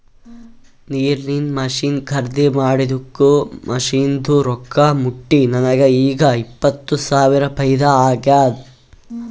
ನೀರಿಂದ್ ಮಷಿನ್ ಖರ್ದಿ ಮಾಡಿದ್ದುಕ್ ಮಷಿನ್ದು ರೊಕ್ಕಾ ಮುಟ್ಟಿ ನನಗ ಈಗ್ ಇಪ್ಪತ್ ಸಾವಿರ ಫೈದಾ ಆಗ್ಯಾದ್